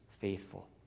faithful